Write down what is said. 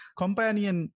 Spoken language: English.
companion